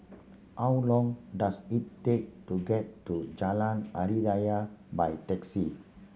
how long does it take to get to Jalan Hari Raya by taxi